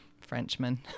Frenchman